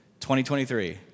2023